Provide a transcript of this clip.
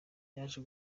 yaje